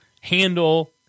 handle